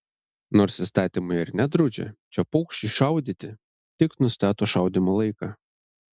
nors įstatymai ir nedraudžia čia paukščius šaudyti tik nustato šaudymo laiką